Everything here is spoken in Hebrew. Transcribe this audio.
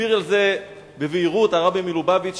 מסביר על זה בבהירות הרבי מלובביץ',